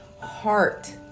heart